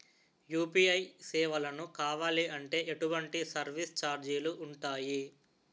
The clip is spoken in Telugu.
యు.పి.ఐ సేవలను కావాలి అంటే ఎటువంటి సర్విస్ ఛార్జీలు ఉంటాయి?